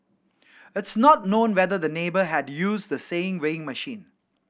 it's not known whether the neighbour had used the same weighing machine